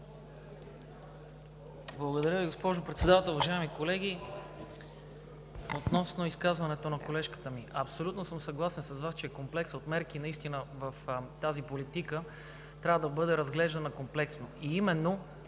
Благодаря Ви, госпожо Председател. Уважаеми колеги! Относно изказването на колежката ми – абсолютно съм съгласен с Вас, че е комплекс от мерки. Наистина тази политика трябва да бъде разглеждана комплексно, а именно